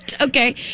Okay